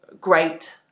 great